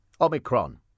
Omicron